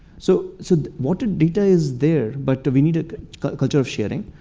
so so water data is there. but we need a culture of sharing.